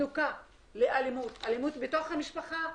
אלימות בתוך המשפחה,